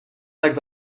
tak